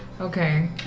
Okay